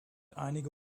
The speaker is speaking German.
einige